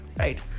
right